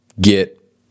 get